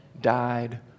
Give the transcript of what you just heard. died